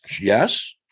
Yes